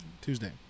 Tuesday